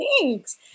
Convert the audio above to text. Thanks